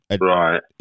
Right